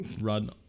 run